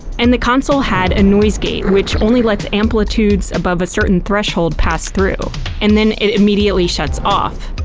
and the console had a noise gate which only lets amplitudes above a certain threshold pass through and then it immediately shuts off.